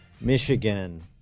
Michigan